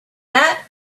that